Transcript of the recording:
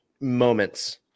moments